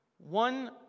One